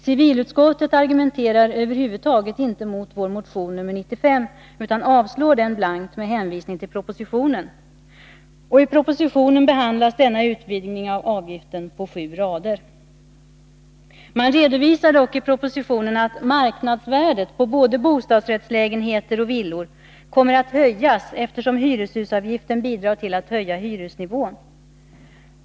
Civilutskottet argumenterar över huvud taget inte emot vår motion nr 1982/83:95 utan avstyrker den blankt med hänvisning Nr 53 till propositionen. Och i propositionen behandlas denna utvidgning av avgiften på sju rader. Man redovisar dock i propositionen att marknadsvärdet på både bostadsrättslägenheter och villor kommer att höjas, eftersom hyreshusavgiften bidrar till att höja hyresnivån.